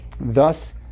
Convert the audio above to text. Thus